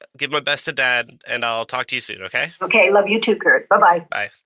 give my best to dad, and i'll talk to you soon. okay? okay. love you, too, kurt. bye-bye. bye.